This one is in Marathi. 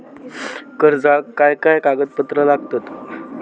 कर्जाक काय काय कागदपत्रा लागतत?